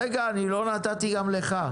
רגע, אני לא נתתי גם לך.